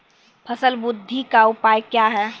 फसल बृद्धि का उपाय क्या हैं?